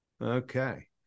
Okay